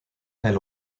elle